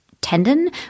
tendon